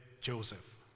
Joseph